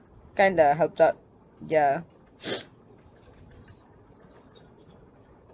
kinda helped out ya